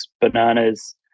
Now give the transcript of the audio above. bananas